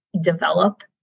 develop